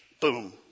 boom